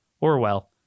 Orwell